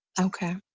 Okay